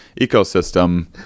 ecosystem